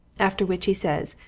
after which he says,